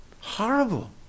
Horrible